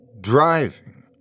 driving